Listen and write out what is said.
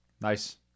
Nice